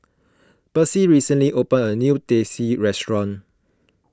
Percy recently opened a new Teh C restaurant